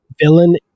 villain